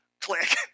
Click